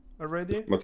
already